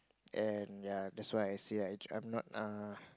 and ya that's why I say I I'm not uh